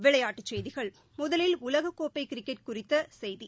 விளையாட்டுச் செய்திகள் முதலில் உலகக்கோப்பைகிரிக்கெட் போட்டிகுறித்தசெய்தி